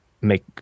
make